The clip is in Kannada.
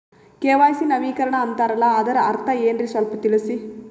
ಕೆ.ವೈ.ಸಿ ನವೀಕರಣ ಅಂತಾರಲ್ಲ ಅದರ ಅರ್ಥ ಏನ್ರಿ ಸ್ವಲ್ಪ ತಿಳಸಿ?